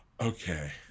okay